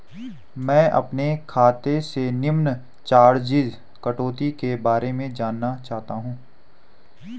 मैं अपने खाते से निम्न चार्जिज़ कटौती के बारे में जानना चाहता हूँ?